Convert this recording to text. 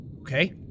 Okay